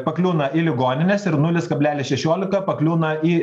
pakliūna į ligonines ir nulis kablelis šešiolika pakliūna į